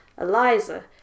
Eliza